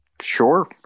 Sure